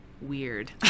weird